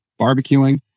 Barbecuing